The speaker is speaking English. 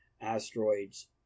asteroids